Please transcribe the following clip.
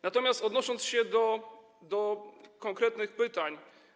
Natomiast odniosę się do konkretnych pytań.